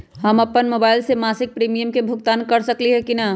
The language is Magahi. हम अपन मोबाइल से मासिक प्रीमियम के भुगतान कर सकली ह की न?